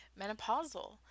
menopausal